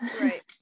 right